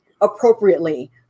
appropriately